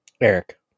Eric